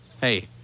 Hey